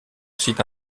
site